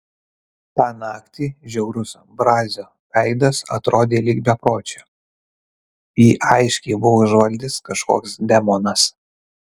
tą naktį žiaurus brazio veidas atrodė lyg bepročio jį aiškiai buvo užvaldęs kažkoks demonas